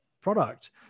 product